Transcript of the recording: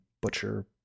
butcher